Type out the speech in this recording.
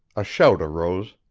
a shout arose.